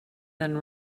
than